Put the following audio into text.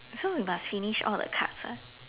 so we must finish all the cards ah